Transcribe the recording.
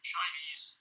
Chinese